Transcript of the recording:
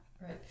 Right